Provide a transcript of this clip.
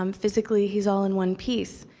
um physically he's all in one piece,